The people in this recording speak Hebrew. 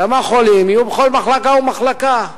כמה חולים יהיו בכל מחלקה ומחלקה.